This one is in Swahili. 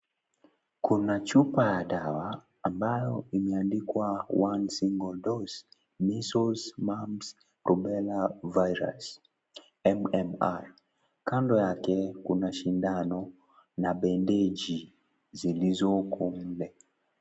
Kuna chupa ya dawa, ambayo imeandikwa one single dose, measles, mumps, rubella virus ,MMR. Kando yake, kunashindano na bendeji zilizo kumbe.